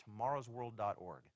tomorrowsworld.org